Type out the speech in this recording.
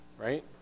right